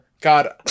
God